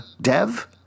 Dev